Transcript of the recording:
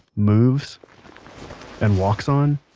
moves and walks on,